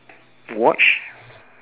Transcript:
a watch